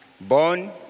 born